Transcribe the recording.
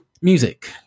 Music